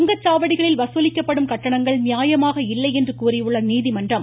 சுங்கச்சாவடிகளில் வசூலிக்கப்படும் கட்டணங்கள் நியாயமாக இல்லை என்று கூறியுள்ள நீதிமன்றம்